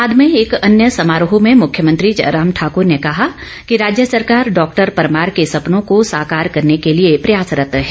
बाद में एक अन्य समारोह में मुख्यमंत्री जयराम ठाकूर ने कहा कि राज्य सरकार डॉक्टर परमार के सपनों को साकार करने के लिए प्रयासरंत है